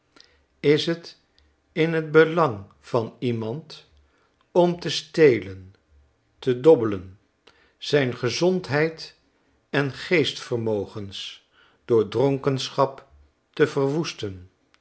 is t in t belang van iemand om te stolen te dobbelen zijn gezondheid en geestvermogens door dronkenschap te verwoesten